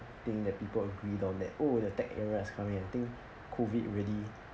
thing that people agreed on that oh the tech era is coming I think COVID really